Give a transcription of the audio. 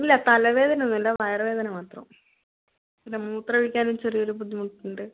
ഇല്ല തലവേദന ഒന്നുമില്ല വയർ വേദന മാത്രം പിന്നെ മൂത്രം ഒഴിക്കാനും ചെറിയൊരു ബുദ്ധിമുട്ടുണ്ട്